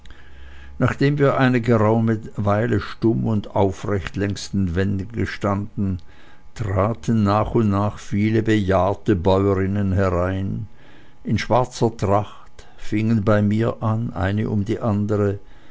nachdem wir eine geraume weile stumm und aufrecht längs den wänden gestanden traten nach und nach viele bejahrte bäuerinnen herein in schwarzer tracht fingen bei mir an eine um die andere